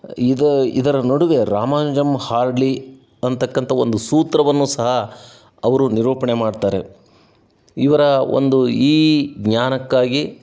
ಇದು ಇದರ ನಡುವೆ ರಾಮಾನುಜಮ್ ಹಾರ್ಡ್ಲಿ ಅನ್ನತಕ್ಕಂಥ ಒಂದು ಸೂತ್ರವನ್ನು ಸಹ ಅವರು ನಿರೂಪಣೆ ಮಾಡ್ತಾರೆ ಇವರ ಒಂದು ಈ ಜ್ಞಾನಕ್ಕಾಗಿ